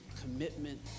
commitment